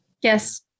Yes